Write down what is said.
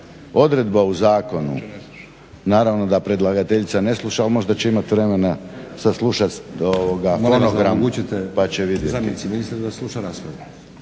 odredba u zakonu, naravno da predlagateljica ne sluša, ali možda će imat vremena saslušat fonogram pa će vidjeti.